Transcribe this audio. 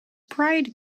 pride